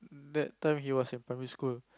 that time he was in primary school